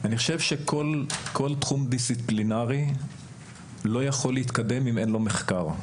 אני חושב שכל תחום דיסציפלינרי לא יכול להתקדם אם אין לו מחקר.